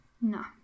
No